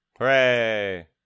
hooray